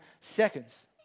seconds